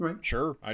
Sure